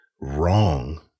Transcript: wrong